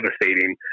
devastating